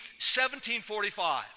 1745